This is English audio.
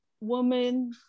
woman